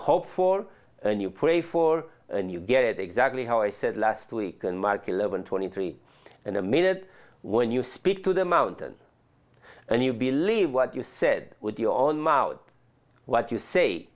hope for and you pray for and you get it exactly how i said last week and mark eleven twenty three and a minute when you speak to the mountain and you believe what you said with your own mouth what you say